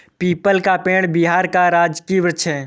people का पेड़ बिहार का राजकीय वृक्ष है